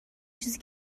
چیزی